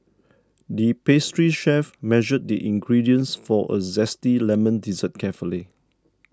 the pastry chef measured the ingredients for a Zesty Lemon Dessert carefully